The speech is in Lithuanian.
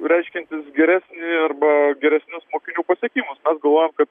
reiškiantis geresnį arba geresnius mokinių pasiekimus mes galvojom kad